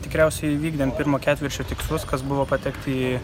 tikriausiai įvykdėm pirmo ketvirčio tikslus kas buvo patekti į